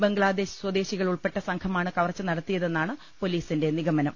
ബംഗ്ലാദേശ് സ്വദേശികൾ ഉൾപ്പെട്ട സൃംഘമാണ് കവർച്ച നട ത്തിയതെന്നാണ് പൊലീസിന്റെ നിഗമനം